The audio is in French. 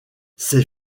ses